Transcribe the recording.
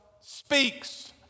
speaks